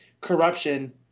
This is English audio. corruption